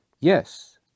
yes